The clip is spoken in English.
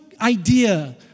idea